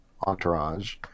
Entourage